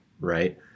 right